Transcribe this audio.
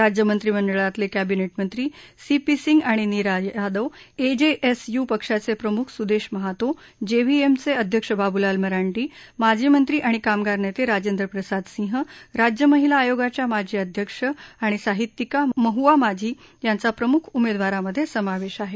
राज्य मंत्रिमंडळातले कॅबिनेट मंत्री सि पी सिंग आणि Neera Yadav A J S U पक्षाचे प्रमुख सुदेश महातो जे व्ही एमचे अध्यक्ष बाबुलाल मरांडी माजी मंत्री आणि कामगार नेते राजेंद्र प्रसाद सिंह राज्य महिला आयोगाच्या माजी अध्यक्ष आणि साहित्यिका महुआ माझी यांचा प्रमुख उमेदवारांमध्ये समावेश आहे